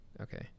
okay